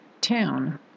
town